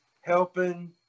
helping